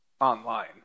online